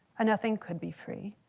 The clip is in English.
a nothing could be free.